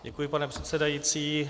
Děkuji, pane předsedající.